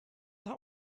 that